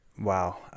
Wow